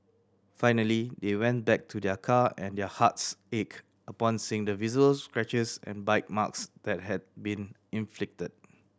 finally they went back to their car and their hearts ached upon seeing the visible scratches and bite marks that had been inflicted